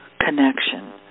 connection